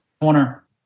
corner